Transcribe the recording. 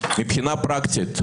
מבחינה פרקטית,